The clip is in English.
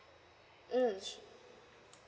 mm